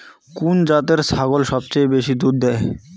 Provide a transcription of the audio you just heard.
কুন জাতের ছাগল সবচেয়ে বেশি দুধ দেয়?